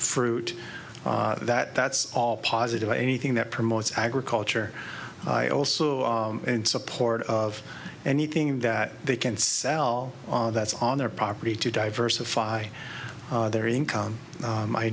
fruit that that's all positive anything that promotes agriculture also in support of anything that they can sell that's on their property to diversify their income